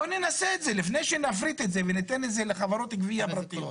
בואו ננסה את זה לפני שנפריט את זה ניתן את זה לחברות גבייה פרטיות,